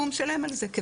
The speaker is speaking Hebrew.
והוא משלם על זה.